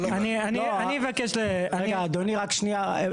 אני אבקש --- רגע, אדוני, רק שנייה.